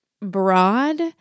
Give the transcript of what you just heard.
broad